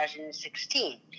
2016